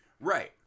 right